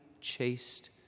chaste